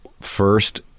first